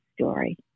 story